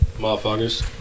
motherfuckers